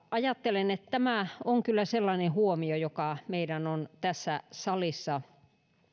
ajattelen että tämä on kyllä sellainen huomio joka meidän on tässä salissa